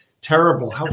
terrible